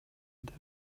деп